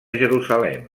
jerusalem